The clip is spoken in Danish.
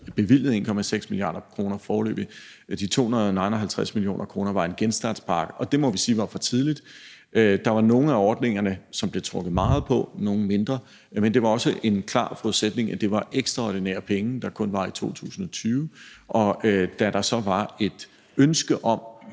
bevilget 1,6 mia. kr. De 259 mio. kr. var en genstartspakke, og det må vi sige var for tidligt. Der var nogle af ordningerne, som der blev trukket meget på, og andre mindre. Men det var også en klar forudsætning, at det var ekstraordinære penge, der kun var i 2020, og da der så var et ønske,